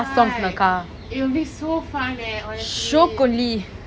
that's why it'll be so fun leh honestly